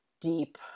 deep